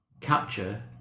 capture